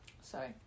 sorry